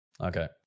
Okay